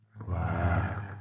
Black